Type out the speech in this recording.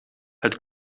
het